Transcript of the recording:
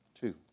two